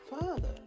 father